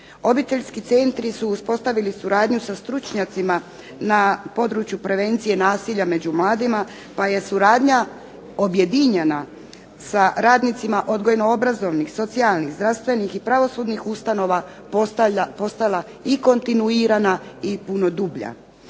Obiteljski centri su uspostavili suradnju sa stručnjacima na području prevencije nasilja među mladima pa je suradnja objedinjena sa radnicima odgojno obrazovnih, socijalnih, zdravstvenih i pravosudnih ustanova postala i kontinuirana i puno dublja.